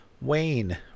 Wayne